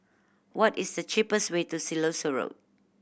what is the cheapest way to Siloso Road